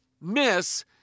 miss